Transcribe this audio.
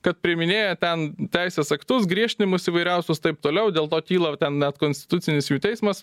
kad priiminėja ten teisės aktus griežtinimus įvairiausius taip toliau dėl to kyla ten net konstitucinis jau teismas